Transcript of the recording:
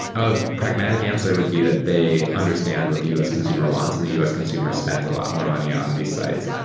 a pragmatic answer would be that they understand what the u s. consumer wants, and the u s. consumer spends a lot more money on these sites.